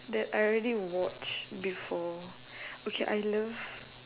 that I already watch before okay I love